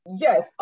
Yes